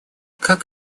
как